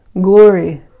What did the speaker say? glory